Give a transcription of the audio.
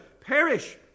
perish